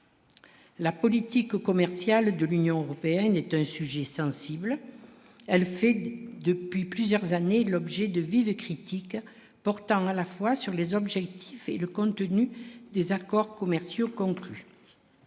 la politique commerciale de l'Union européenne est un sujet sensible, elle fait depuis plusieurs années l'objet de vives critiques portant à la fois sur les objectifs et le contenu des accords commerciaux conclus